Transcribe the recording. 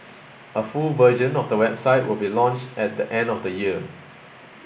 a full version of the website will be launched at the end of the year